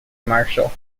marshall